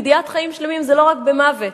גדיעת חיים שלמים זה לא רק במוות,